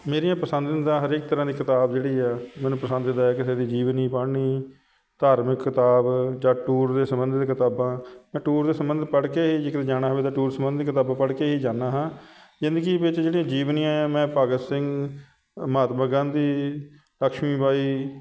ਮੇਰੀਆਂ ਪਸੰਦੀਦਾ ਹਰੇਕ ਤਰ੍ਹਾਂ ਦੀ ਕਿਤਾਬ ਜਿਹੜੀ ਆ ਮੈਨੂੰ ਪਸੰਦੀਦਾ ਆ ਕਿਸੇ ਦੀ ਜੀਵਨੀ ਪੜ੍ਹਨੀ ਧਾਰਮਿਕ ਕਿਤਾਬ ਜਾਂ ਟੂਰ ਦੇ ਸੰਬੰਧਿਤ ਕਿਤਾਬਾਂ ਮੈਂ ਟੂਰ ਦੇ ਸੰਬੰਧਿਤ ਪੜ੍ਹ ਕੇ ਹੀ ਜਿੱਕਣ ਜਾਣਾ ਹੋਵੇ ਤਾਂ ਟੂਰ ਸੰਬੰਧਿਤ ਕਿਤਾਬਾਂ ਪੜ੍ਹ ਕੇ ਹੀ ਜਾਂਦਾ ਹਾਂ ਜ਼ਿੰਦਗੀ ਵਿੱਚ ਜਿਹੜੇ ਜੀਵਨੀਆਂ ਹੈ ਮੈਂ ਭਗਤ ਸਿੰਘ ਮਹਾਤਮਾ ਗਾਂਧੀ ਲਕਸ਼ਮੀ ਬਾਈ